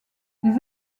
les